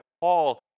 Paul